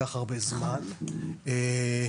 נכון.